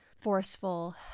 forceful